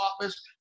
office